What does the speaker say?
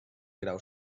grau